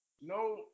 No